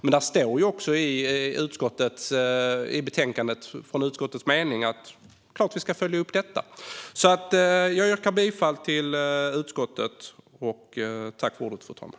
I betänkandet står det dock som utskottets mening att vi ska följa upp detta. Jag yrkar bifall till utskottets förslag.